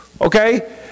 Okay